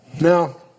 Now